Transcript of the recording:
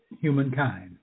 humankind